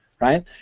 right